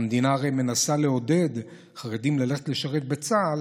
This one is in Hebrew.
והמדינה הרי מנסה לעודד חרדים ללכת לשרת בצה"ל,